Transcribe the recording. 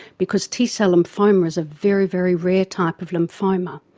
because t-cell lymphoma is a very, very rare type of lymphoma.